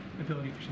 ability